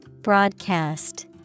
Broadcast